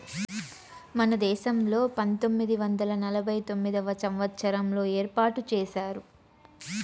మన దేశంలో పంతొమ్మిది వందల నలభై తొమ్మిదవ సంవచ్చారంలో ఏర్పాటు చేశారు